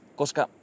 koska